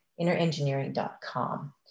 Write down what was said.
innerengineering.com